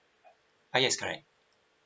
uh yes correct